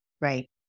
Right